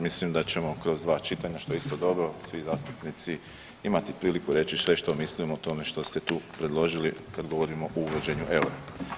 Mislim da ćemo kroz dva čitanja što je isto dobro svi zastupnici imati priliku reći sve što mislim o tome što ste tu predložili kad govorim o uvođenju eura.